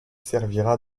servira